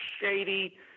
shady